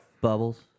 Bubbles